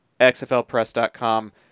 xflpress.com